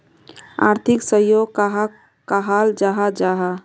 आर्थिक सहयोग कहाक कहाल जाहा जाहा?